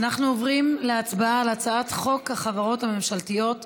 אנחנו עוברים להצבעה על הצעת חוק החברות הממשלתיות (תיקון,